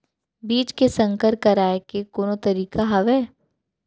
बीज के संकर कराय के कोनो तरीका हावय?